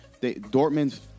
Dortmund